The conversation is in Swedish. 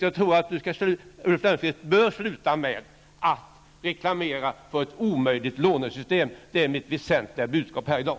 Jag tror att Ulf Lönnqvist bör sluta med att göra reklam för ett omöjligt lånesystem. Det är mitt väsentliga budskap i dag.